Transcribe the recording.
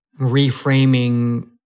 reframing